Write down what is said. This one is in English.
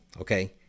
okay